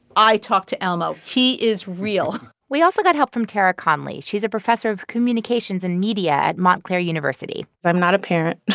i talk to elmo. he is real we also got help from tara conley. she's a professor of communications and media at montclair university i'm not a parent,